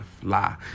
fly